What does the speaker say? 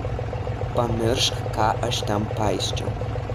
pamiršk ką aš ten paisčiau